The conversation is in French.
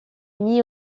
mis